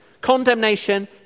Condemnation